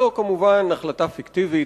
זו כמובן החלטה פיקטיבית,